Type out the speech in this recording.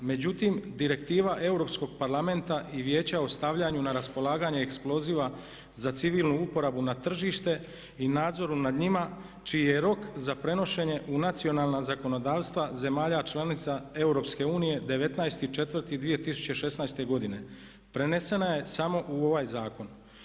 Međutim, Direktiva Europskog parlamenta i Vijeća o stavljanju na raspolaganje eksploziva za civilnu uporabu na tržištu i nadzoru nad njima čiji je rok za prenošenje u nacionalna zakonodavstva zemalja članica EU 19.04.2016. godine. prenesena je samo u ovaj zakon.